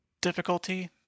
difficulty